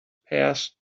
passed